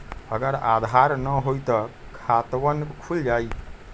अगर आधार न होई त खातवन खुल जाई?